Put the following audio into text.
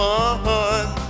one